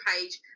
page